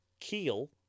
keel